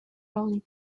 early